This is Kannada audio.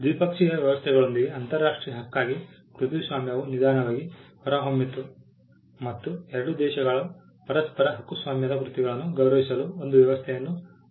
ದ್ವಿಪಕ್ಷೀಯ ವ್ಯವಸ್ಥೆಗಳೊಂದಿಗೆ ಅಂತರಾಷ್ಟ್ರೀಯ ಹಕ್ಕಾಗಿ ಕೃತಿಸ್ವಾಮ್ಯವು ನಿಧಾನವಾಗಿ ಹೊರಹೊಮ್ಮಿತು ಮತ್ತು ಎರಡು ದೇಶಗಳು ಪರಸ್ಪರರ ಹಕ್ಕುಸ್ವಾಮ್ಯದ ಕೃತಿಗಳನ್ನು ಗೌರವಿಸಲು ಒಂದು ವ್ಯವಸ್ಥೆಯನ್ನು ಹೊಂದಿರುತ್ತದೆ